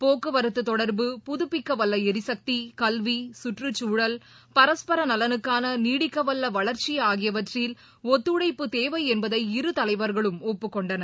போக்குவரத்துத் கல்வி தொடர்பு புதப்பிக்கவல்லளரிசக்தி சுற்றுச்சூழல் பரஸ்பரநலனுக்கானநீடிக்கவல்லவளர்ச்சிஆகியவற்றில் ஒத்துழைப்பு தேவையென்பதை இரு தலைவர்களும் ஒப்புக்கொண்டனர்